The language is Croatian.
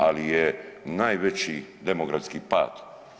Ali je najveći demografski pad.